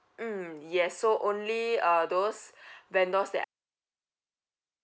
mm yes so only uh those vendors that